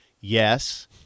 Yes